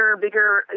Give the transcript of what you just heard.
bigger